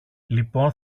λοιπόν